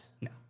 No